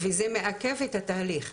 וזה מעכב את התהליך.